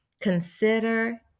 Consider